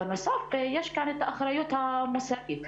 בנוסף, יש כאן אחריות המוסרית.